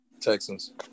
Texans